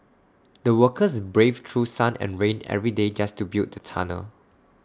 the workers braved through sun and rain every day just to build the tunnel